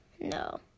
no